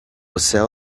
céu